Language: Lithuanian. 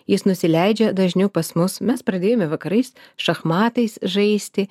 jis nusileidžia dažniau pas mus mes pradėjome vakarais šachmatais žaisti